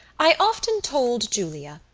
i often told julia,